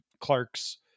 Clark's